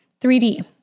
3D